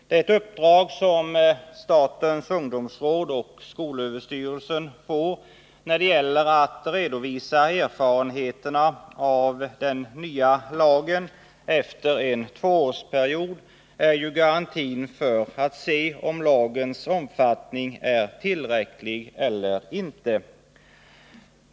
Det uppdrag som statens ungdomsråd och skolöverstyrelsen får när det gäller att redovisa erfarenheterna av den nya lagen efter en tvåårsperiod är garantin för att vi får se om lagens omfattning är tillräcklig eller inte.